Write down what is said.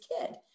kid